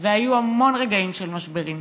והיו המון רגעים של משברים.